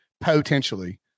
potentially